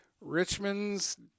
Richmond's –